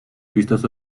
pistas